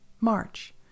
March